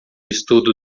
estudo